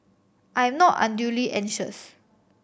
I'm not unduly anxious